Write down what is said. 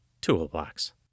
toolbox